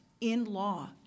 in-law